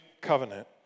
covenant